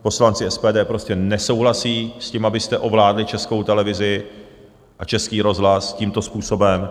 Poslanci SPD prostě nesouhlasí s tím, abyste ovládli Českou televizi a Český rozhlas tímto způsobem.